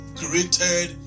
created